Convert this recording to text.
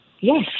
Yes